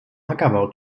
ackerbau